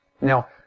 Now